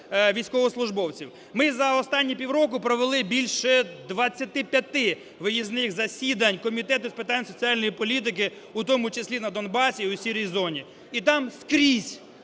Ми за останні півроку провели більше 25 виїзних засідань Комітету з питань соціальної політики, у тому числі на Донбасі у "сірій" зоні. І там скрізь